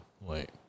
wait